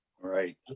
right